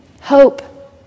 hope